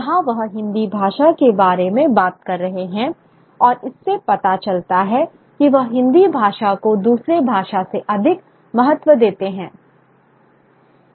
यहां वह हिंदी भाषा के बारे में बात कर रहे हैं और इससे पता चलता है कि वह हिंदी भाषा को दूसरे भाषा से अधिक महत्व देते थे